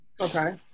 Okay